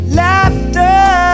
laughter